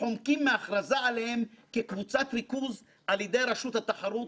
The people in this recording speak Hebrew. וחומקים מהכרזה עליהם כקבוצת ריכוז על ידי רשות התחרות,